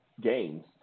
games